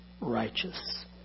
righteous